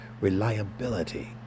reliability